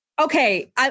Okay